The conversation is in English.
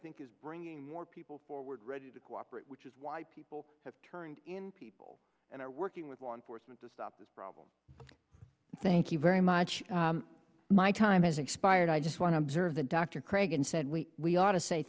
think is bringing more people forward ready to cooperate which is why people have turned in people and are working with law enforcement to stop this problem thank you very much my time is expired i just want to observe the dr craig and said we we ought to say